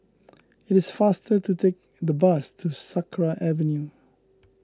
it is faster to take the bus to Sakra Avenue